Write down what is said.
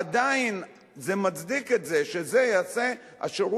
עדיין זה מצדיק שאת זה יעשה השידור